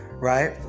Right